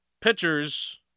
pitchers